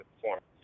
Performance